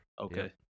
Okay